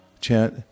chant